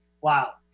Wow